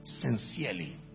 sincerely